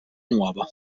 nuovo